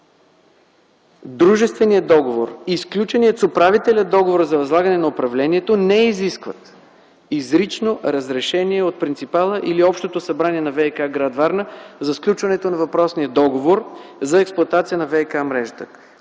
дружественият договор и сключеният с управителя договор за възлагане на управлението, не изискват изрично разрешение от принципала или Общото събрание на ВиК – гр. Варна, за сключването на въпросния договор за експлоатация на ВиК-мрежата.